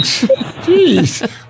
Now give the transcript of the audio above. Jeez